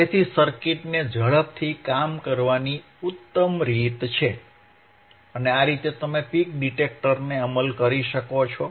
તેથી સર્કિટને ઝડપથી કામ કરવાની ઉત્તમ રીત છે અને આ રીતે તમે પીક ડિટેક્ટરનો અમલ કરી શકો છો